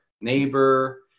neighbor